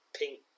pink